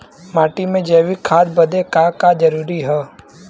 माटी में जैविक खाद बदे का का जरूरी ह?